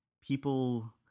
people